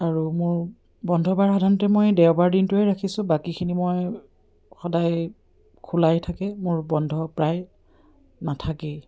আৰু মোৰ বন্ধবাৰ সাধাৰণতে মই দেওবাৰ দিনটোৱে ৰাখিছোঁ বাকীখিনি মই সদায় খোলাই থাকে মোৰ বন্ধ প্ৰায় নাথাকেই